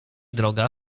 droga